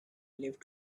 live